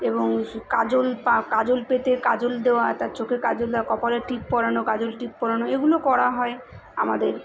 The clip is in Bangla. এবং কাজল কাজল পেতে কাজল দেওয়া তার চোখের কাজল দেওয়া কপালে টিপ পরানো কাজল টিপ পরানো এগুলো করা হয় আমাদের